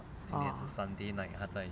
uh